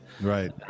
Right